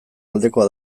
aldekoa